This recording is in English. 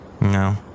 No